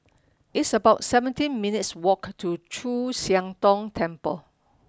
it's about seventeen minutes' walk to Chu Siang Tong Temple